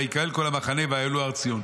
וייקהל כל המחנה ויעלו הר ציון.